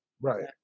Right